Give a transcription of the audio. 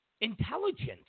intelligence